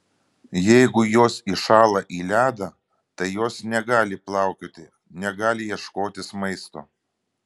jeigu jos įšąla į ledą tai jos negali plaukioti negali ieškotis maisto